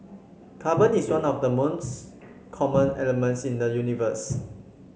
carbon is one of the common elements in the universe